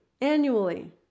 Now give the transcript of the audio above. annually